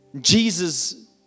Jesus